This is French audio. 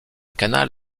canal